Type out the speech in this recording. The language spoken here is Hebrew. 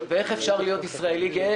ואיך אפשר להיות ישראלי גאה,